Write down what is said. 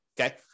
Okay